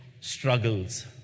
struggles